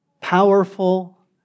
powerful